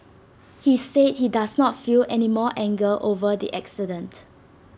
he said he does not feel any more anger over the accident